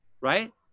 right